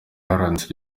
yaranditse